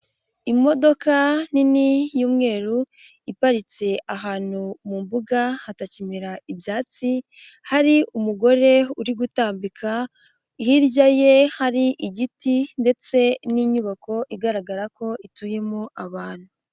Imodoka nini y'umweru iparitse ahantu mu mbuga hatakimerara ibyatsi hari umugore uri gutambika, hirya ye hari igiti ndetse n'inyubako igaragara ko ituyemo abantu.